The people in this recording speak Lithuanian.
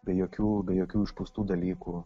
be jokių jokių išpūstų dalykų